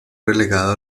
relegado